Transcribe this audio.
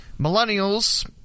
Millennials